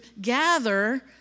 gather